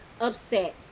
upset